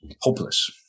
hopeless